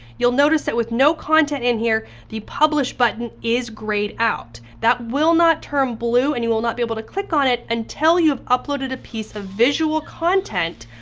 you'll notice that with no content in here the publish button is grayed out. that will not turn blue and you will not be able to click on it until you have uploaded a piece of visual content,